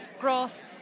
Grass